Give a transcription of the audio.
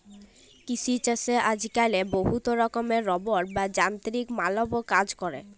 কিসি ছাসে আজক্যালে বহুত রকমের রোবট বা যানতিরিক মালব কাজ ক্যরে